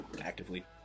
actively